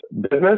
business